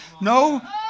No